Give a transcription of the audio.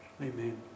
Amen